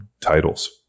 titles